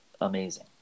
amazing